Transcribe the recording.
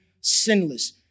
sinless